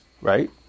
right